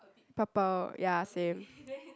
purple ya same